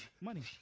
Money